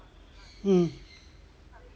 mm